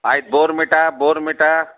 ಆಯ್ತ್ ಬೋರ್ಮಿಟಾ ಬೋರ್ಮಿಟಾ